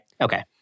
Okay